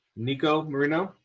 nico moreno.